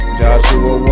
joshua